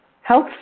Health